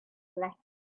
left